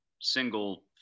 single